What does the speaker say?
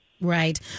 Right